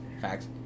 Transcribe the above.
Facts